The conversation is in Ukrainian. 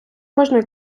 кожної